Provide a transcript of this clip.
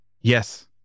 Yes